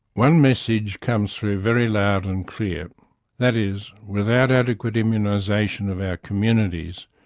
one message comes through very loud and clear that is, without adequate immunisation of our communities,